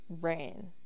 Ran